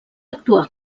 actuar